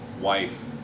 wife